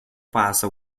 passa